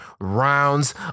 rounds